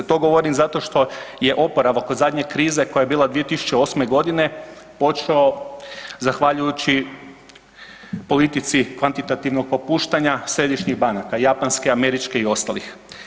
To govorim zato što je oporavak od zadnje krize koja je bila 2008. godine počelo zahvaljujući politici kvantitativnog popuštanja Središnjih banaka japanske, američke i ostalih.